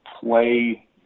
play